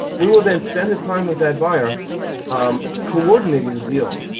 we would then spend a time with that buyer um coordinating the deal,